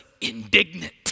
indignant